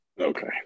Okay